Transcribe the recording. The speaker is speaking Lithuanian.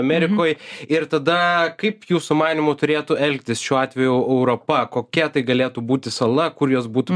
amerikoj ir tada kaip jūsų manymu turėtų elgtis šiuo atveju europa kokia tai galėtų būti sala kur jos būtų